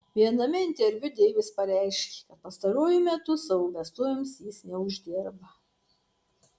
viename interviu deivis pareiškė kad pastaruoju metu savo vestuvėms jis neuždirba